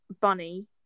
Bunny